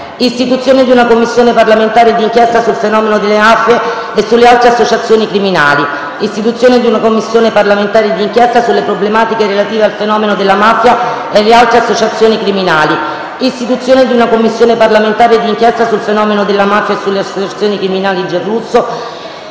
"Istituzione di una Commissione parlamentare di inchiesta sul fenomeno della mafia e sulle altre associazioni criminali